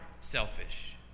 selfish